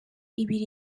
ibiri